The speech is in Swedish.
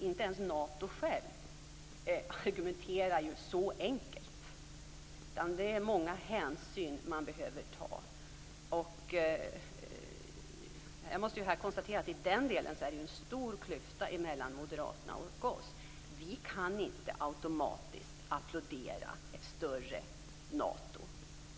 Inte ens Nato självt argumenterar så enkelt. Det är många hänsyn som man behöver ta. Jag måste konstatera att det i den delen är en stor klyfta mellan moderaterna och oss. Vi kan inte automatiskt applådera ett större Nato.